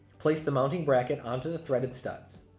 place the mounting bracket onto the threaded studs,